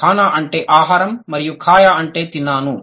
ఖానా అంటే ఆహారం మరియు ఖయా అంటే తిన్నాను